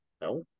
no